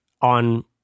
on